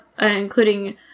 including